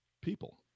people